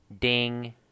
ding